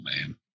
man